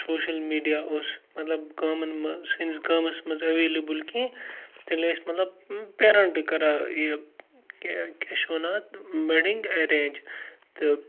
social media اوس مطلب گامَن منٛز سٲنِس گامَس منٛز اٮ۪ویلیبٕل کینٛہہ تیٚلہِ ٲسۍ مطلب پٮ۪رَنٹہٕ کَران یہِ کیٛاہ چھِ وَنان اَتھ مٮ۪ڈِنٛگ ایٚرینٛج تہٕ